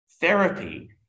therapy